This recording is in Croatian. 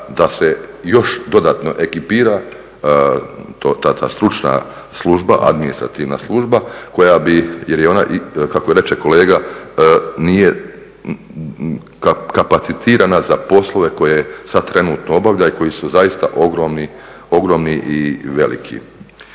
da se još dodatno ekipira ta stručna služba, administrativna služba koja bi, jer je ona kako reče kolega nije kapacitirana za poslove koje sad trenutno obavlja i koji su zaista ogromni i veliki.